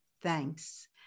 Thanks